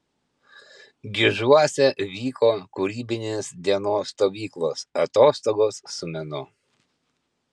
gižuose vyko kūrybinės dienos stovyklos atostogos su menu